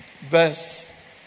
verse